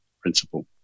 principle